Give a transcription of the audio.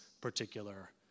particular